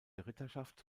ritterschaft